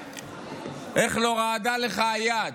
איך לא רעדה לך היד?